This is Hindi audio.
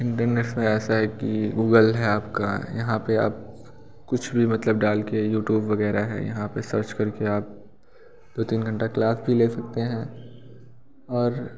इंटरनेट से ऐसा है कि गूगल है आपका यहाँ पर आप कुछ भी मतलब डाल के यूटूब वग़ैरह है यहाँ पर सर्च कर के आप दो तीन घंटे क्लास भी ले सकते हैं और